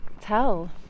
tell